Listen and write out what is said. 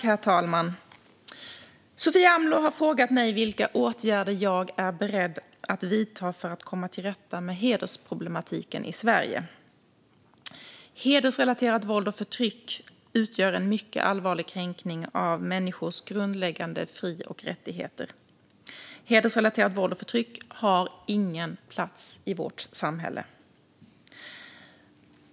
Herr talman! Sofia Amloh har frågat mig vilka åtgärder jag är beredd att vidta för att komma till rätta med hedersproblematiken i Sverige. Hedersrelaterat våld och förtryck utgör en mycket allvarlig kränkning av människors grundläggande fri och rättigheter. Hedersrelaterat våld och förtryck har ingen plats i vårt samhälle.